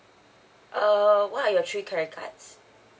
err what are your three credit cards